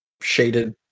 Shaded